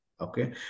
Okay